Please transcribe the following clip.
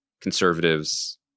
conservatives